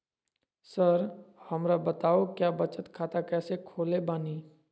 Sir हमरा बताओ क्या बचत खाता कैसे खोले बानी?